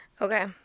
Okay